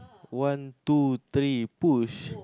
one two three push